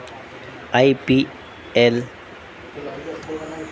I P L